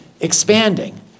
expanding